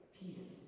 peace